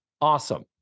Awesome